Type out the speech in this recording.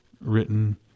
written